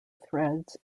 threads